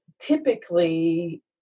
typically